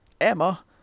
Emma